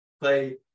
play